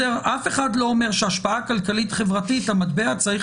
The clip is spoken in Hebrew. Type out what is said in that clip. אף אחד לא אומר שהמטבע של השפעה חברתית כלכלית צריך